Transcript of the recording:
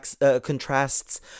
contrasts